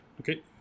Okay